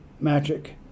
magic